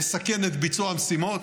יסכן את ביצוע המשימות,